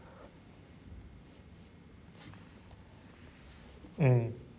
mm